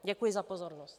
Děkuji za pozornost.